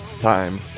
time